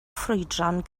ffrwydron